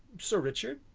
sir richard?